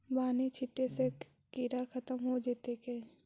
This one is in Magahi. बानि छिटे से किड़ा खत्म हो जितै का?